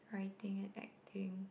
writing and acting